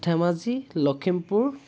Dhemaji Lakhimpur